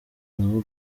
bravo